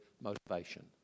motivation